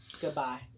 Goodbye